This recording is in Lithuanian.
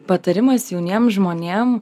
patarimais jauniem žmonėm